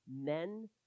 men